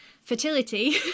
fertility